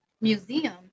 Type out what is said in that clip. museum